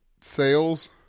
sales